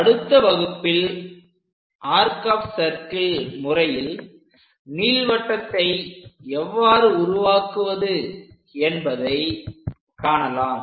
அடுத்த வகுப்பில் arc of circle முறையில் நீள்வட்டத்தை எவ்வாறு உருவாக்குவது என்பதை நாம் காணலாம்